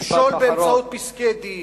למשול באמצעות פסקי-דין.